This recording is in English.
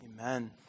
Amen